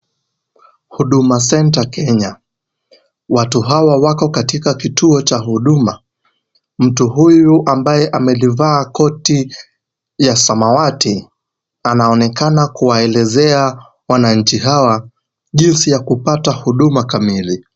Huduma Center Kenya, watu hawa wako katika kituo cha huduma, mtu huyu ambaye amelivaa koti la samawati anaonekana kuwaelesea wanainji hawa jinsi ya kupata huduma kamili.